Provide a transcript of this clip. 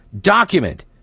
document